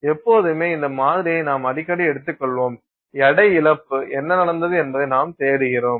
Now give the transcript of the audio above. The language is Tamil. எப்போதுமே இந்த மாதிரியை நாம் அடிக்கடி எடுத்துக்கொள்வோம் எடை இழப்பு என்ன நடந்தது என்பதை நாம் தேடுகிறோம்